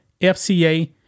FCA